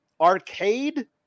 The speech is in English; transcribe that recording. arcade